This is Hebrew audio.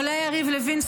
עולה יריב לוין,